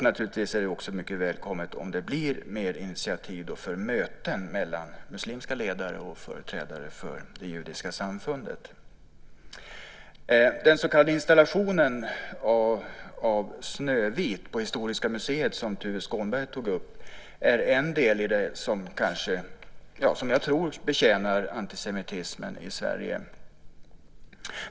Naturligtvis är det också mycket välkommet om det blir mer initiativ för möten mellan muslimska ledare och företrädare för det judiska samfundet. Den så kallade installationen av Snövit på Historiska museet som Tuve Skånberg tog upp är en del som jag tror betjänar antisemitismen i Sverige.